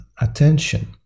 attention